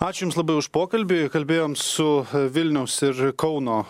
ačiū jums labai už pokalbį kalbėjom su vilniaus ir kauno